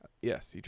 Yes